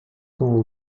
com